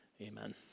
Amen